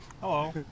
Hello